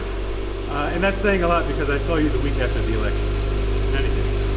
and that's saying a lot, because i saw you the week after the election, but in any case